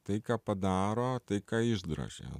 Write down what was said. tai ką padaro tai ką išdrožia